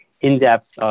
in-depth